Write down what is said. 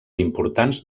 importants